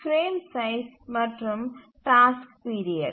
D frame size மற்றும் task period